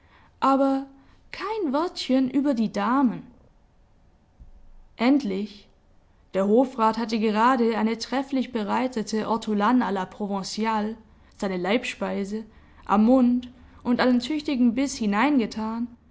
aber kein wörtchen über die damen endlich der hofrat hatte gerade eine trefflich bereitete ortolane la provenale seine leibspeise am mund und einen tüchtigen biß hineingetan